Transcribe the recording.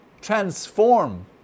transform